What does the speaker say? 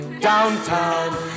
Downtown